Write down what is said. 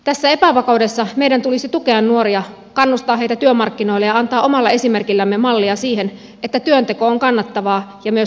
tässä epävakaudessa meidän tulisi tukea nuoria kannustaa heitä työmarkkinoille ja antaa omalla esimerkillämme mallia siihen että työnteko on kannattavaa ja myös tavoiteltavaa